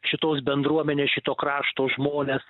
šitos bendruomenės šito krašto žmones